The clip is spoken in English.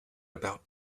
about